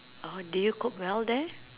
oh did you cope well there